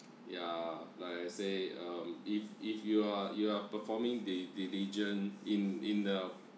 yeah like I say um if if you are you are performing the diligent in in uh